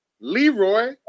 Leroy